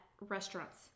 restaurants